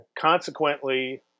Consequently